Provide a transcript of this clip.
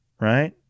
right